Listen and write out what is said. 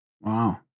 Wow